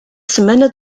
semana